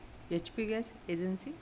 H P gas agency